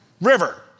River